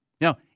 Now